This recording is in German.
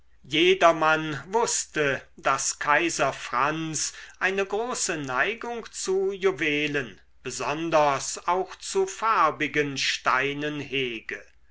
jedermann wußte daß kaiser franz eine große neigung zu juwelen besonders auch zu farbigen steinen hege